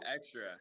extra